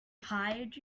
hired